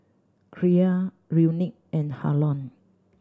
Kyra Unique and Harlon